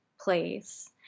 place